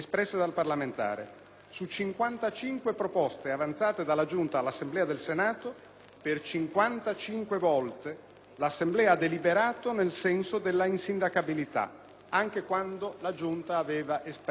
Su 55 proposte avanzate dalla Giunta all'Assemblea del Senato, per 55 volte l'Assemblea ha deliberato nel senso dell'insindacabilità, anche quando la Giunta aveva espresso parere diverso.